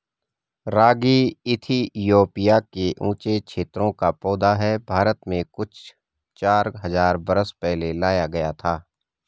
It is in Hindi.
रागी इथियोपिया के ऊँचे क्षेत्रों का पौधा है भारत में कुछ चार हज़ार बरस पहले लाया गया था